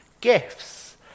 gifts